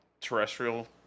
terrestrial